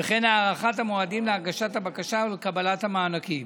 וכן הארכת המועדים להגשת הבקשה וקבלת המענקים.